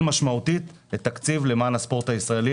משמעותית את התקציב למען הספורט הישראלי.